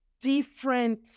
different